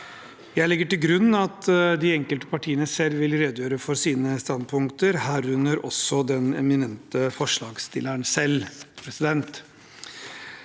Jeg legger til grunn at de enkelte partiene selv vil redegjøre for sine standpunkter, herunder de eminente forslagsstillerne selv. Bygg- og